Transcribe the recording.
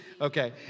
Okay